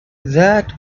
that